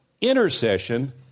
intercession